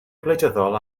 gwleidyddol